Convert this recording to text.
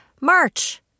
March